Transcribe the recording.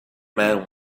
man